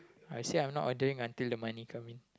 I said I'm not ordering until the money come in